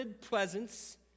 presence